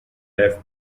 left